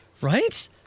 Right